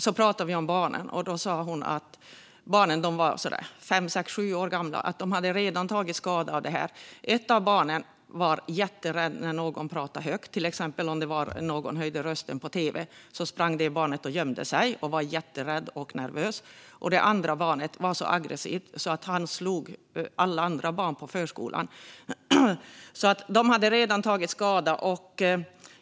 Vi pratade om barnen, och hon sa att barnen - de var ungefär fem, sex, sju år gamla - redan hade tagit skada av detta. Ett av barnen blev jätterädd när någon pratade högt, så om någon exempelvis höjde rösten på tv sprang det barnet och gömde sig och var jätterädd och nervös. Det andra barnet var så aggressivt att han slog alla andra barn på förskolan. De hade alltså redan tagit skada.